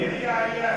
איפה כתוב יחיא עיאש?